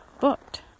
booked